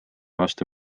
vastu